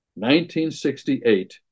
1968